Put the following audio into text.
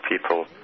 people